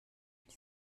elle